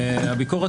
הביקורת